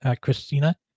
Christina